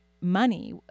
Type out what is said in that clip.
money